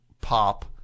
pop